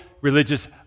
religious